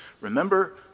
Remember